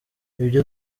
ibyo